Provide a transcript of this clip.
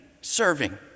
serving